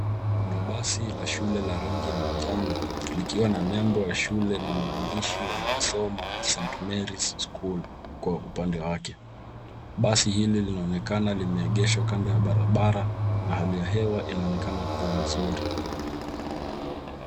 Kuna basi la shule la rangi ya manjano likiwa na nembo ya shule na maandishi yanayosoma st mary's school kwa upande wake. Basi hili linaonekana limeegeshwa kando ya barabara . Hali ya hewa inaonekana kuwa mzuri.